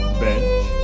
bench